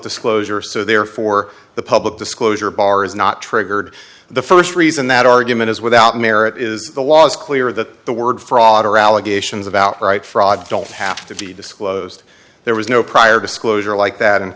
disclosure so therefore the public disclosure bar is not triggered the first reason that argument is without merit is the law is clear that the word fraud or allegations of outright fraud don't have to be disclosed there was no prior disclosure like that and